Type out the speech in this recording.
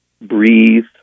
breathe